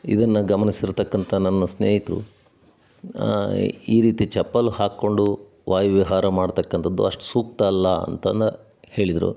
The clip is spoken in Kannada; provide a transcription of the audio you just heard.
ಇದನ್ನು ಗಮನಿಸಿರ್ತಕ್ಕಂಥ ನನ್ನ ಸ್ನೇಹಿತರು ಈ ರೀತಿ ಚಪ್ಪಲಿ ಹಾಕಿಕೊಂಡು ವಾಯುವಿಹಾರ ಮಾಡತಕ್ಕಂಥದ್ದು ಅಷ್ಟು ಸೂಕ್ತ ಅಲ್ಲ ಅಂತಂದು ಹೇಳಿದರು